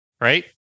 Right